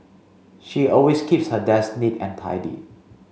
she always keeps her desk neat and tidy